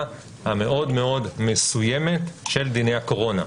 המאוד מאוד מסוימת של דיני הקורונה.